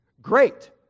Great